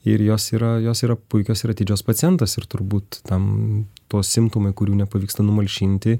ir jos yra jos yra puikios ir atidžios pacientės ir turbūt tam to simptomai kurių nepavyksta numalšinti